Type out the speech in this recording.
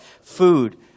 food